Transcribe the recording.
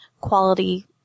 quality